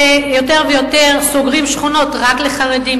כשסוגרים יותר ויותר שכונות רק לחרדים,